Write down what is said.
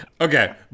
Okay